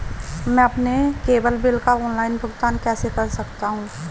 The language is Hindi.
मैं अपने केबल बिल का ऑनलाइन भुगतान कैसे कर सकता हूं?